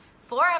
four